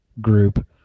group